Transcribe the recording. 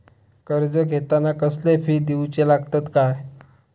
कर्ज घेताना कसले फी दिऊचे लागतत काय?